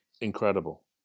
Incredible